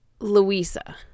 Louisa